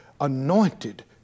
anointed